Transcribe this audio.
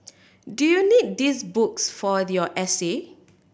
do you need these books for your essay